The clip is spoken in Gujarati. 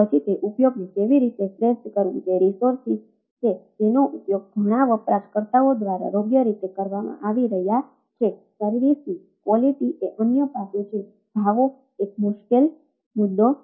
તેથી તે માત્ર બેન્ડવિડ્થ એ અન્ય પાસુ છે ભાવો એક મુશ્કેલ મુદ્દો છે